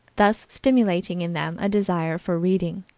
thus stimulating in them a desire for reading.